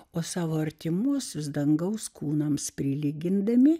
o savo artimuosius dangaus kūnams prilygindami